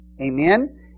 amen